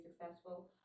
successful